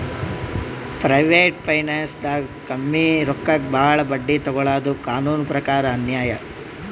private ಫೈನಾನ್ಸ್ದಾಗ್ ಕಮ್ಮಿ ರೊಕ್ಕಕ್ ಭಾಳ್ ಬಡ್ಡಿ ತೊಗೋಳಾದು ಕಾನೂನ್ ಪ್ರಕಾರ್ ಅನ್ಯಾಯ್